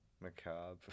macabre